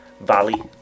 Valley